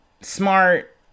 Smart